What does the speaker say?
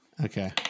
Okay